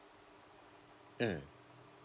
mm